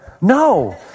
No